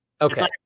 Okay